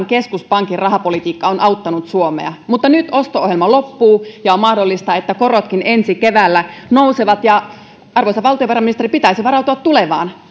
keskuspankin rahapolitiikka on auttanut suomea mutta nyt osto ohjelma loppuu ja on mahdollista että korotkin ensi keväänä nousevat ja arvoisa valtiovarainministeri pitäisi varautua tulevaan